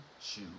Shoe